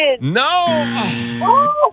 No